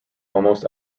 almost